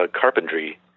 carpentry